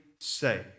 say